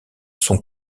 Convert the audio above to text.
sont